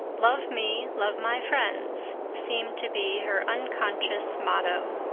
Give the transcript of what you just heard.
love me, love my friends seemed to be her unconscious motto.